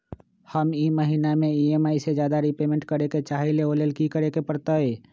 हम ई महिना में ई.एम.आई से ज्यादा रीपेमेंट करे के चाहईले ओ लेल की करे के परतई?